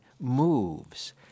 moves